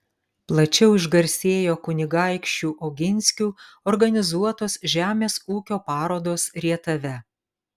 plačiau išgarsėjo kunigaikščių oginskių organizuotos žemės ūkio parodos rietave